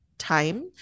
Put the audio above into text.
time